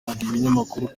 ikinyamakuru